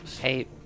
Hey